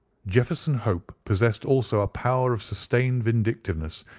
jefferson hope possessed also a power of sustained vindictiveness,